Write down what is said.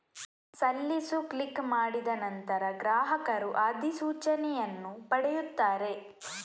ಸಲ್ಲಿಸು ಕ್ಲಿಕ್ ಮಾಡಿದ ನಂತರ, ಗ್ರಾಹಕರು ಅಧಿಸೂಚನೆಯನ್ನು ಪಡೆಯುತ್ತಾರೆ